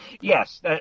Yes